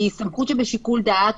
היא סמכות שבשיקול דעת,